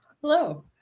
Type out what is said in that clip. hello